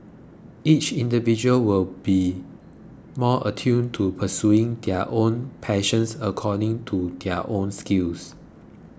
each individual will be more attuned to pursuing their own passions according to their own skills